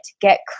get